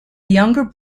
younger